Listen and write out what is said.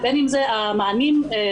ובין אם זה המענים שניתנים,